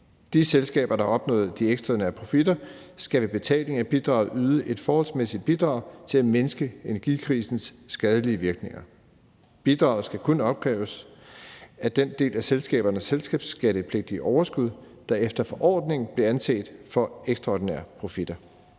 De selskaber, der opnåede de ekstraordinære profitter, skal ved betaling af et bidrag yde et forholdsmæssigt bidrag til at mindske energikrisens skadelige virkninger. Bidraget skal kun opkræves af den del af selskabernes selskabsskattepligtige overskud, der efter forordningen bliver anset for ekstraordinære profitter.